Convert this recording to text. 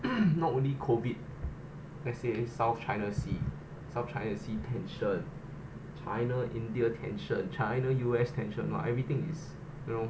not only COVID let's say south china sea south china sea tension china india tension china U_S tension lah everything is you know